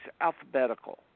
alphabetical